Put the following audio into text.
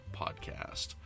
podcast